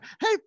hey